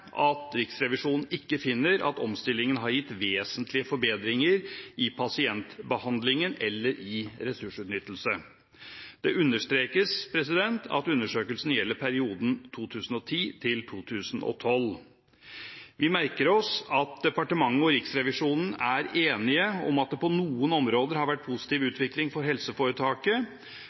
at Riksrevisjonen ikke finner at omstillingen har gitt vesentlige forbedringer i pasientbehandlingen eller i ressursutnyttelsen. Det understrekes at undersøkelsen gjelder perioden 2010–2012. Vi merker oss at departementet og Riksrevisjonen er enige om at det på noen områder har vært positiv utvikling for helseforetaket.